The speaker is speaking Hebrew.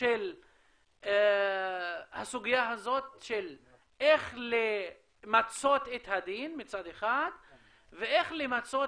של הסוגיה הזאת של איך למצות את הדין מצד אחד ואיך למצות